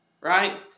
right